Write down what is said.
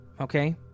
Okay